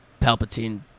Palpatine